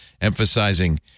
emphasizing